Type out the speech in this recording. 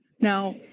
Now